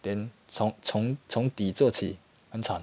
then 从从从低做起很惨